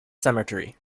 cemetery